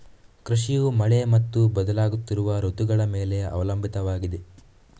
ಕೃಷಿಯು ಮಳೆ ಮತ್ತು ಬದಲಾಗುತ್ತಿರುವ ಋತುಗಳ ಮೇಲೆ ಅವಲಂಬಿತವಾಗಿದೆ